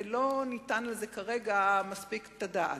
ולא ניתן לזה כרגע מספיק את הדעת.